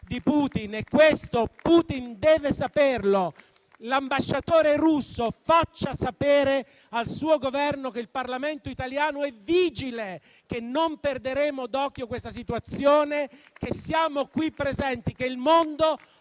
di Putin e questo Putin deve saperlo. L'ambasciatore russo faccia sapere al suo Governo che il Parlamento italiano è vigile, che non perderemo d'occhio questa situazione, che siamo qui presenti e che il mondo